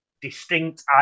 distinct